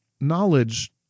knowledge